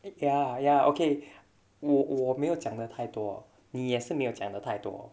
ya ya okay 我我没有讲得太多你也是没有讲得太多